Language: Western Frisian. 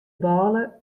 bôle